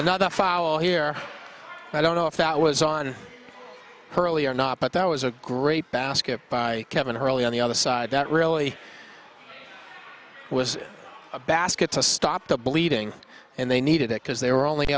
another foul here i don't know if that was on earlier not but that was a great basket by kevin early on the other side that really was a basket to stop the bleeding and they needed it because they were only